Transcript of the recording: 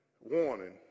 warning